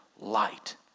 light